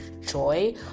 joy